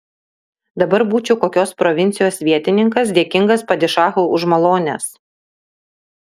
dabar būčiau kokios provincijos vietininkas dėkingas padišachui už malones